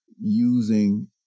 using